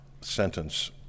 sentence